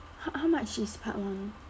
h~ how much is part one